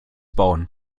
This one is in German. bauen